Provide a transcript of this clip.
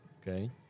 okay